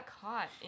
caught